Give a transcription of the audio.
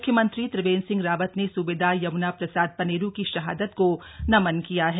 म्ख्यमंत्री त्रिवेन्द्र सिंह रावत ने सूबेदार यम्ना प्रसाद पनेरू की शहादत को नमन किया है